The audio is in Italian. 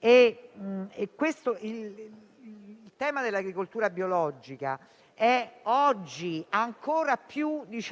Il tema dell'agricoltura biologica è oggi, ancora più di